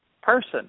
person